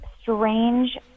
strange